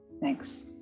thanks